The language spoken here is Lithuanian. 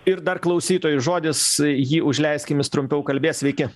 ir dar klausytojui žodis jį užleiskim jis trumpiau kalbės sveiki